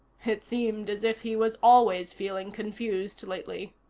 it seemed as if he was always feeling confused lately.